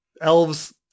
elves